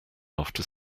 after